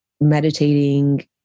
meditating